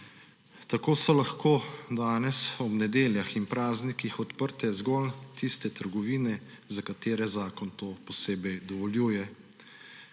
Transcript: Tako so lahko danes ob nedeljah in praznikih odprte zgolj tiste trgovine, za katere zakon to posebej dovoljuje.